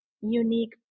unique